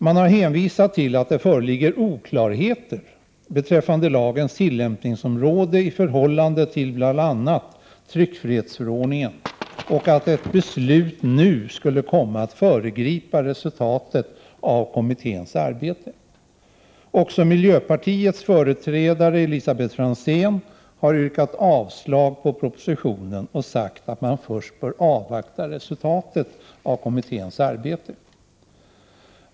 De har hänvisat till att det föreligger oklarheter beträffande lagens tillämpningsområde i förhållande till bl.a. tryckfrihetsförordningen och att ett beslut nu skulle komma att föregripa resultatet av utredningens arbete. Också miljöpartiets företrädare, Elisabet Franzén, har yrkat avslag på propositionen och sagt att riksdagen först bör avvakta resultatet av utredningens arbete.